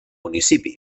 municipi